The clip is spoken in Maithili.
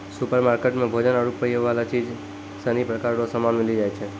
सुपरमार्केट मे भोजन आरु पीयवला चीज सनी प्रकार रो समान मिली जाय छै